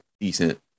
decent